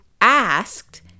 asked